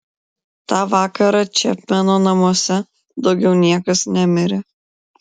tą vakarą čepmeno namuose daugiau niekas nemirė